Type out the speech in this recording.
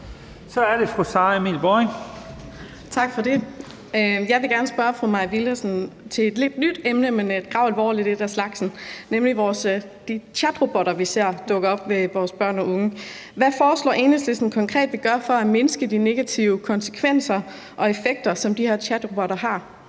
Kl. 17:54 Sara Emil Baaring (S): Tak for det. Jeg vil gerne spørge fru Mai Villadsen om et lidt nyt emne, men et gravalvorligt et af slagsen, nemlig de chatrobotter, vi ser dukke op omkring vores børn og unge. Hvad foreslår Enhedslisten konkret at vi gør for at mindske de negative konsekvenser og effekter, som de her chatrobotter har?